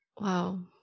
Wow